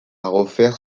refaire